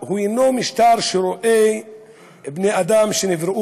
הוא אינו משטר שרואה בני-אדם שנבראו